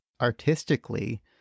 artistically